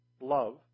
love